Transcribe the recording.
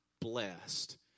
blessed